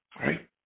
Right